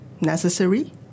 necessary